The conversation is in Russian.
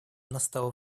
настало